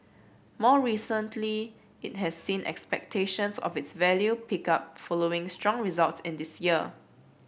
more recently it has seen expectations of its value pick up following strong results on this year